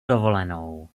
dovolenou